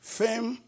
fame